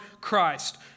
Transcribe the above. Christ